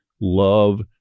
love